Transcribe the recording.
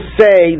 say